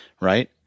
right